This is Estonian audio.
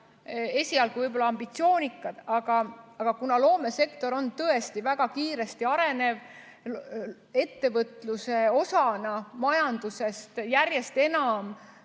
esialgu ambitsioonikad. Aga kuna loomesektor on tõesti väga kiiresti arenev ettevõtluse osa majanduses, see annab